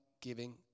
giving